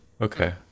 Okay